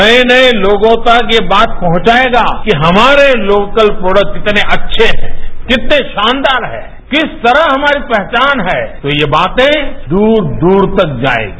नये नये लोगों तक ये बात पहुंचायेगा कि हमारे लोकल प्रोडक्ट कितने अच्छे हैं कितने शानदार हैं किस तरह हमारी पहचान है तो यह बातें दूर दूर तक जायेगी